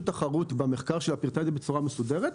התחרות במחקר שלה פירטה את זה בצורה מסודרת,